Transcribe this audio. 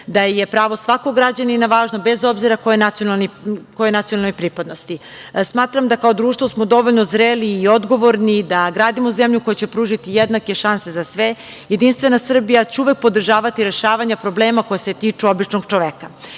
da je pravo svakog građanina važno, bez obzira koje je nacionalne pripadnosti. Smatram da kao društvo smo dovoljno zreli i odgovorni da gradimo zemlju koja će pružiti jednake šanse za sve. Jedinstvena Srbija će uvek podržavati rešavanje problema koji se tiču običnog čoveka. Kao